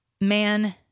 Man